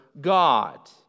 God